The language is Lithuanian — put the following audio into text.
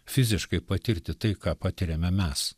fiziškai patirti tai ką patiriame mes